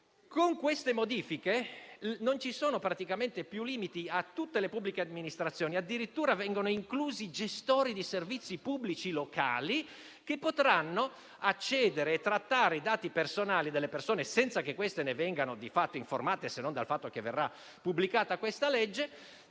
Con queste modifiche non ci saranno praticamente più limiti a tutte le pubbliche amministrazioni - addirittura vengono inclusi gestori di servizi pubblici locali - che potranno quindi accedere e trattare i dati personali delle persone, senza che queste ne vengano informate (se non dalla pubblicazione di questa legge),